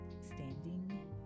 standing